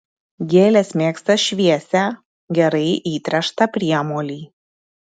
gėlės mėgsta šviesią gerai įtręštą priemolį